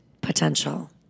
potential